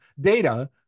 data